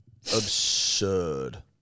absurd